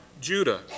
Judah